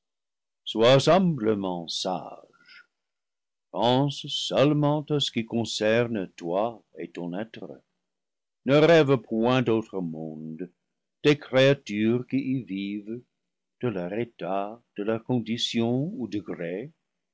sois humblement sage pense seulement à ce qui con cerne toi et ton être ne rêve point d'autres mondes des créa tures qui y vivent de leur état de leur condition ou degré